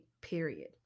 period